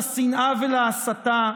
לשנאה ולהסתה,